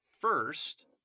first